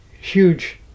huge